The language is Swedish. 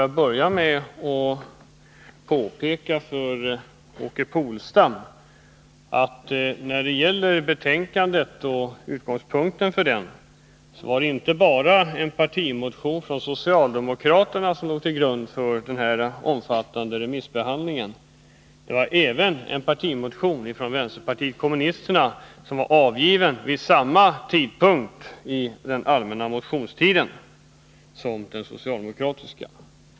Jag vill börja med att påpeka för Åke Polstam när det gäller utgångspunkten för betänkandet att det inte bara var en partimotion från socialdemokraterna som låg till grund för den omfattande remissbehandlingen utan även en partimotion från vänsterpartiet kommunisterna, avgiven vid samma tidpunkt under den allmänna motionstiden som den socialdemokratiska.